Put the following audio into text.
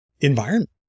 environment